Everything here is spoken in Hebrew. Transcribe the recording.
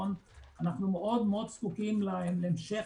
אנחנו מאוד מאוד זקוקים להמשך